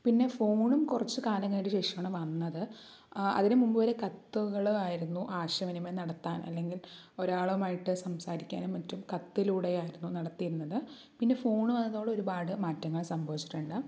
പിന്നെ ഫോണും കുറച്ച് കാലങ്ങൾക്ക് ശേഷമാണ് വന്നത് അതിനുമുമ്പ് വരെ കത്തുകൾ ആയിരുന്നു ആശയവിനിമയം നടത്താൻ അല്ലെങ്കിൽ ഒരാളുമായിട്ട് സംസാരിക്കാനും മറ്റും കത്തിലൂടെയായിരുന്നു നടത്തിയിരുന്നത് പിന്നെ ഫോൺ വന്നതോടെ ഒരുപാട് മാറ്റങ്ങൾ സംഭവിച്ചിട്ടുണ്ട്